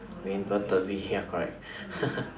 the inverted v ya correct